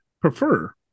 prefer